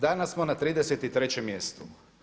Danas smo na 33 mjestu.